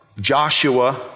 Joshua